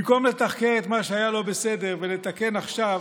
במקום לתחקר את מה שהיה לא בסדר ולתקן עכשיו,